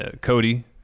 Cody